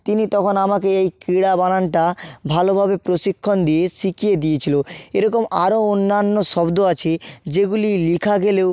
তিনি তখন আমাকে এই ক্রীড়া বানানটা ভালোভাবে প্রশিক্ষণ দিয়ে শিখিয়ে দিয়েছিল এরকম আরও অন্যান্য শব্দ আছে যেগুলি লেখা গেলেও